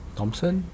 Thompson